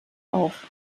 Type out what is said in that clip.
auf